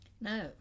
No